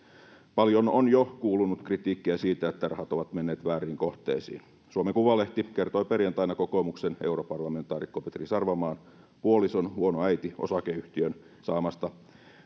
paljon on jo kuulunut kritiikkiä siitä että rahat ovat menneet vääriin kohteisiin suomen kuvalehti kertoi perjantaina kokoomuksen europarlamentaarikko petri sarvamaan puolison huono äiti osakeyhtiön saamasta